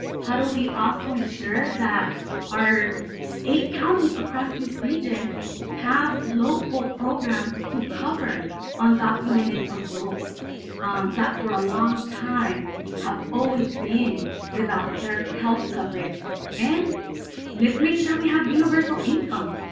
how do we also ensure that our eight counties across this region pass local programs to cover undocumented adults um that for a long time have always been without hair health coverage and let's make sure we have universal income.